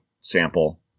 sample